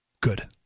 Good